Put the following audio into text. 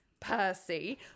Percy